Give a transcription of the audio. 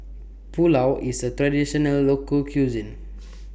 Pulao IS A Traditional Local Cuisine